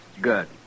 good